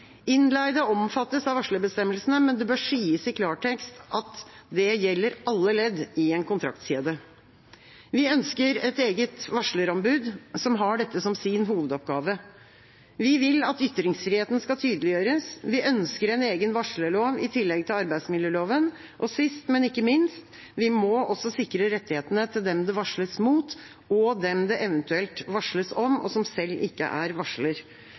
Innleide omfattes av varslerbestemmelsene, men det bør sies i klartekst at det gjelder alle ledd i en kontraktkjede. Vi ønsker et eget varslerombud, som har dette som sin hovedoppgave. Vi vil at ytringsfriheten skal tydeliggjøres, vi ønsker en egen varslerlov i tillegg til arbeidsmiljøloven, og sist, men ikke minst: Vi må også sikre rettighetene til dem det varsles mot og dem det eventuelt varsles om, og som selv ikke er varsler.